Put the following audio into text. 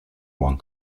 one